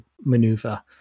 maneuver